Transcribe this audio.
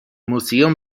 museum